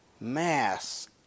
mass